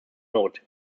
not